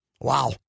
wow